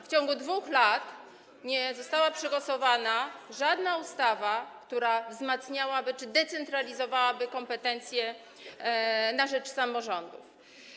W ciągu 2 lat nie została przegłosowana żadna ustawa, która wzmacniałaby czy decentralizowałaby kompetencje na rzecz samorządów.